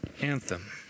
anthem